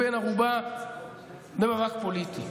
הביטחון שלנו כבן ערובה במאבק פוליטי,